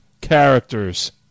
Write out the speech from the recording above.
characters